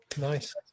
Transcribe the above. nice